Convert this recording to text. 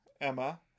Emma